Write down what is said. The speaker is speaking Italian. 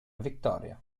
victoria